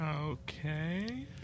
Okay